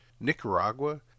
Nicaragua